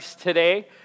today